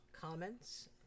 comments